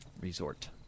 Resort